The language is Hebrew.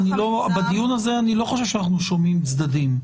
בדיון הזה אני לא חושב שאנחנו שומעים צדדים.